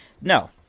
No